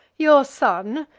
your son,